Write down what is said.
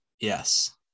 yes